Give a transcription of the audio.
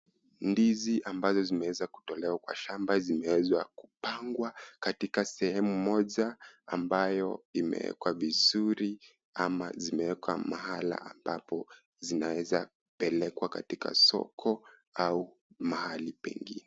Ndizi ambazo zimeweza kutolewa kwa shamba zimeeza kupangwa katika sehemu moja ambayo imeekwa vizuri ama zimeekwa mahala ambapo zinaweza kupelekwa kataika soko au mahali pengine.